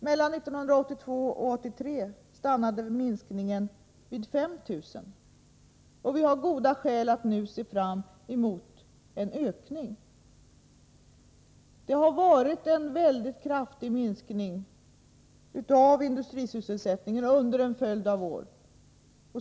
Mellan 1982 och 1983 stannade minskningen vid 5 000 personer, och vi har goda skäl att nu se fram emot en ökning av antalet industrisysselsatta. Det har varit en mycket kraftig minskning i industrisysselsättningen under en följd av år.